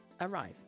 arrive